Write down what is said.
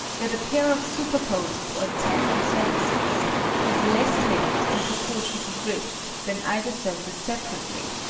that a pair of superposed, or tandem, surfaces has less lift in proportion to drift than either surface separately,